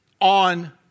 on